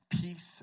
Peace